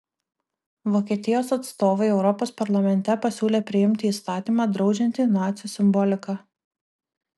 vokietijos atstovai europos parlamente pasiūlė priimti įstatymą draudžiantį nacių simboliką